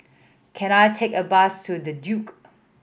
can I take a bus to The Duke